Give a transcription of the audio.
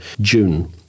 June